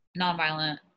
nonviolent